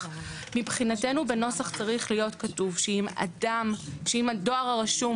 מבחינתנו בנוסח צריך להיות כתוב שאם הדואר הרשום